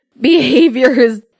behaviors